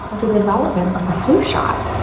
the development of the flu shots.